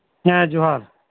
ᱦᱮᱸ ᱡᱚᱦᱟᱨ